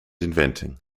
inventing